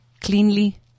cleanly